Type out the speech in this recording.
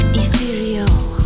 ethereal